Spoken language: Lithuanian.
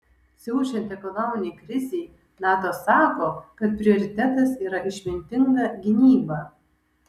siaučiant ekonominei krizei nato sako kad prioritetas yra išmintinga gynyba